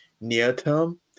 near-term